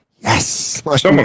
yes